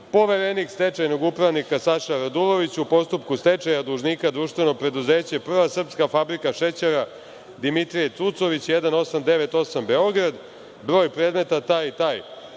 poverenik stečajnog upravnika Saša Radulović u postupku stečaja dužnika društveno preduzeće Prva srpska fabrika šećera „Dimitrije Tucović“ 1898 Beograd, broj predmeta taj i taj.